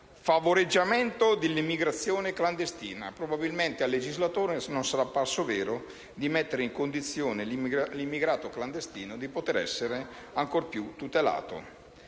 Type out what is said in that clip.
favoreggiamento dell'immigrazione clandestina. Probabilmente al legislatore non sarà parso vero di mettere in condizione l'immigrato clandestino di poter essere ancora più tutelato.